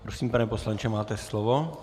Prosím, pane poslanče, máte slovo.